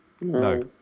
No